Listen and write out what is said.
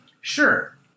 Sure